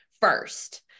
first